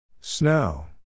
Snow